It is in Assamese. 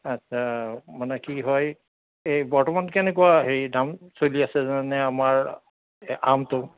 আচ্ছা মানে কি হয় এই বৰ্তমান কেনেকুৱা সেই দাম চলি আছে জানেনে আমাৰ এই আমটো